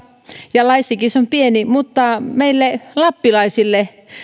ja laissakin se on pieni mutta meille lappilaisille ja